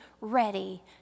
ready